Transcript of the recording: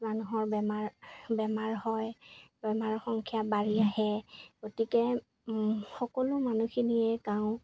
মানুহৰ বেমাৰ বেমাৰ হয় বেমাৰৰ সংখ্যা বাঢ়ি আহে গতিকে সকলো মানুহখিনিয়ে গাওঁ